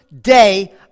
day